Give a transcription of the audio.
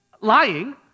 lying